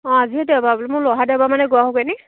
অঁ আজিও দেওবাৰ মই বোলো অহা দেওবাৰ মানে গৈ আহোগৈনি